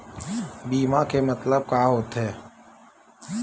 बीमा के मतलब का होथे?